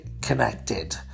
connected